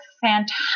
fantastic